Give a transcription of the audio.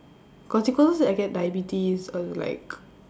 consequence I get diabetes err like